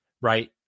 right